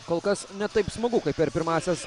kol kas ne taip smagu kaip per pirmąsias